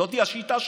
זאת השיטה שלכם: